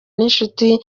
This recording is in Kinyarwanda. n’inshuti